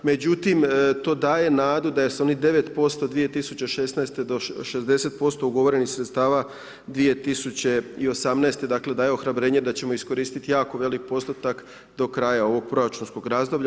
Međutim, to daje nadu da je sa onih 9% 2016. do 60% ugovorenih sredstava 2018, dakle daje ohrabrenje da ćemo iskoristiti jako veliki postotak do kraja ovog proračunskog razdoblja.